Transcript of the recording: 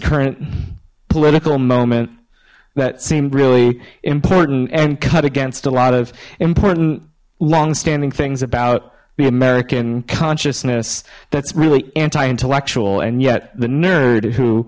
current political moment that seemed really important and cut against a lot of important long standing things about the american consciousness that's really anti intellectual and yet the nerd who